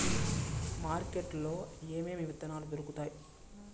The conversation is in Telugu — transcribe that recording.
మార్కెట్ లో ఏమేమి విత్తనాలు దొరుకుతాయి